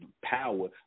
power